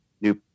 new